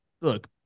look